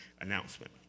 announcement